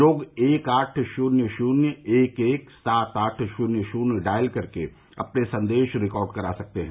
लोग एक आठ शून्य शून्य एक एक सात आठ शून्य शून्य डायल कर अपने संदेश रिकार्ड करा सकते हैं